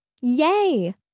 Yay